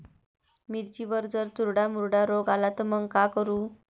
मिर्चीवर जर चुर्डा मुर्डा रोग आला त मंग का करू?